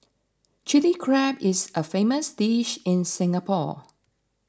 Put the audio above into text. Chilli Crab is a famous dish in Singapore